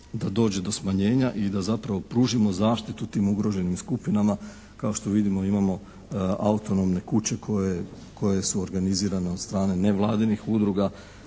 da dođe do smanjenja i da zapravo pružimo zaštitu tim ugroženim skupinama. Kao što vidimo imamo autonomne kuće koje su organizirane od strane nevladinih udruga